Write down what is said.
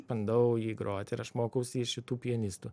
bandau jį groti ir aš mokausi iš šitų pianistų